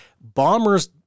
Bombers